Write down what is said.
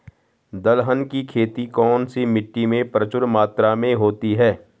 दलहन की खेती कौन सी मिट्टी में प्रचुर मात्रा में होती है?